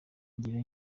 ingero